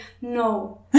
no